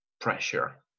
pressure